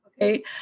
okay